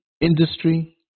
industry